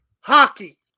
Hockey